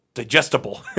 Digestible